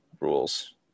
rules